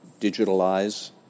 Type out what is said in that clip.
digitalize